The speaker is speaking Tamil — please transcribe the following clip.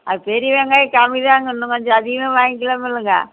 அது பெரிய வெங்காயம் கம்மிதானுங்க இன்னும் கொஞ்சம் அதிகமாக வாங்கிக்கலா முல்லைங்க